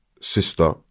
sister